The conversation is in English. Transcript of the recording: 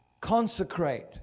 consecrate